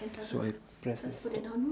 so I press ah